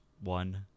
one